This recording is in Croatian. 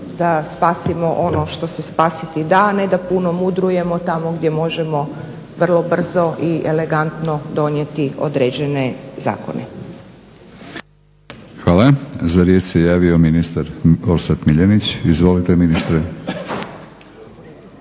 da spasimo ono što se spasiti da, a ne da puno mudrujemo tamo gdje možemo vrlo brzo i elegantno donijeti određene zakone. **Batinić, Milorad (HNS)** Hvala. Za riječ se javio ministar Orsat Miljenić. Izvolite ministre.